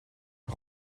een